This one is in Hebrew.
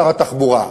שר התחבורה,